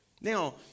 Now